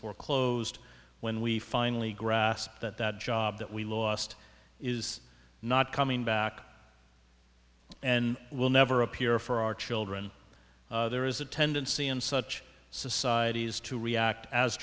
foreclosed when we finally grasp that that job that we lost is not coming back and will never appear for our children there is a tendency in such societies to react as